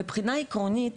מבחינה עקרונית,